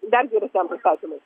dar geresniam pristatymui